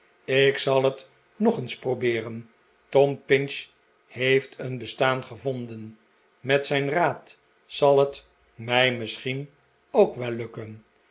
ik zal het nog eens probeeren tom pinch heeft een bestaan gevonden met zijn raad zal het mij misschien ook wel lukken